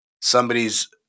somebody's